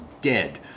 dead